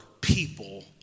people